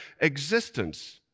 existence